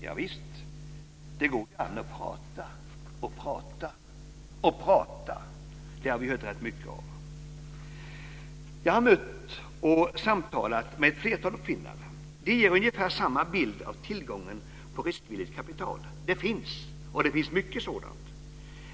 Javisst, det går ju an att prata - och prata - och prata. Det har vi hört mycket av. Jag har mött och samtalat med ett flertal uppfinnare. De ger ungefär samma bild av tillgången på riskvilligt kapital: Det finns, och det finns mycket.